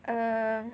um